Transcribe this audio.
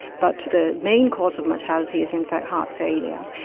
but the main cause of mortality is in fact heart failure.